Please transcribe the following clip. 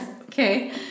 Okay